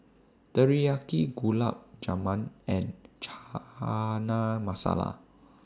Teriyaki Gulab Jamun and Chana Masala